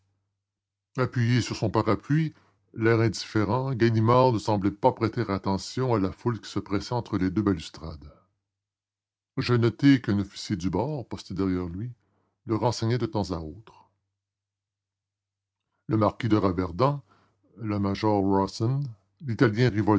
appuyé sur son parapluie l'air indifférent ganimard ne semblait pas prêter attention à la foule qui se pressait entre les deux balustrades je notai qu'un officier du bord posté derrière lui le renseignait de temps à autre le marquis de raverdan le major rawson l'italien